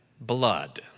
blood